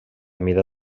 mida